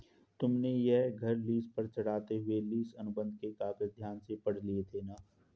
तुमने यह घर लीस पर चढ़ाते हुए लीस अनुबंध के कागज ध्यान से पढ़ लिए थे ना?